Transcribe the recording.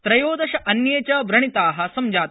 त्रयोदश अन्ये च व्रणिता संजाता